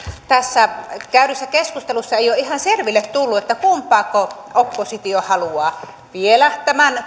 tässä käydyssä keskustelussa ei ole ihan selville tullut kumpaako oppositio haluaa vielä tämän